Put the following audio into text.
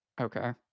Okay